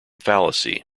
fallacy